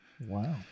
Wow